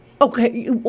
okay